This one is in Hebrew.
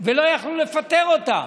ולא יכלו לפטר אותם,